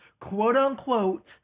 quote-unquote